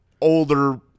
older